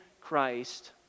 Christ